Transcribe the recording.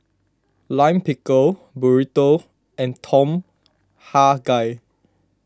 Lime Pickle Burrito and Tom Kha Gai